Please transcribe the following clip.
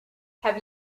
have